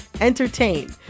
entertain